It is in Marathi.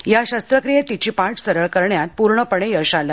या शस्त्रक्रियेत तिची पाठ सरळ करण्यात पूर्णपणे यश आलं